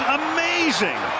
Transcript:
amazing